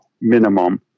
minimum